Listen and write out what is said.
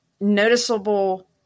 noticeable